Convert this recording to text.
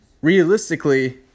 realistically